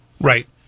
Right